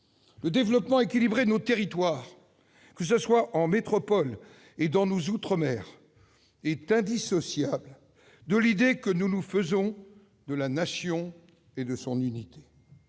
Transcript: Le développement équilibré de nos territoires, que ce soit en métropole ou dans nos outre-mer, est indissociable de l'idée que nous nous faisons de la Nation et de son unité.